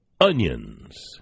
Onions